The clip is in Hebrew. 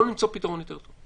יכולנו למצוא פתרון יותר טוב.